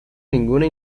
ninguna